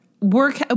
Work